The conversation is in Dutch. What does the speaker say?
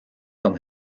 kan